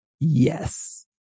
Yes